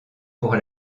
pour